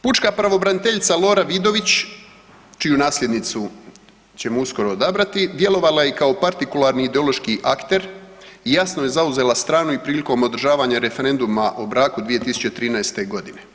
Pučka pravobraniteljica, Lora Vidović, čiju nasljednicu ćemo uskoro odabrati djelovala je i kao partikularni ideološki akter i jasno je zauzela stranu i prilikom održavanja referenduma o braku 2013. godine.